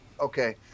Okay